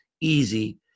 easy